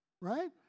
Right